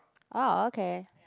oh okay